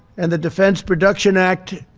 and the defense production act